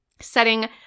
setting